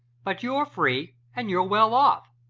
but you're free and you're well-off.